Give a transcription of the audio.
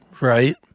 right